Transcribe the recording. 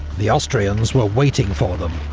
the austrians were waiting for them,